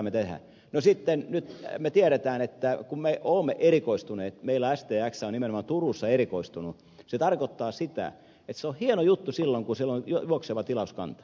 no sitten me tiedämme että kun me olemme erikoistuneet meillä stx on nimenomaan turussa erikoistunut se tarkoittaa sitä että se on hieno juttu silloin kun siellä on juokseva tilauskanta